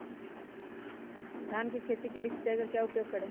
धान की खेती के लिए सिंचाई का क्या उपयोग करें?